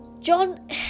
John